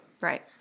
Right